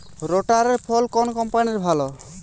রোটারের ফল কোন কম্পানির ভালো?